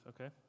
okay